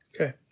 Okay